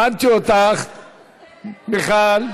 הבנתי אותך, מיכל.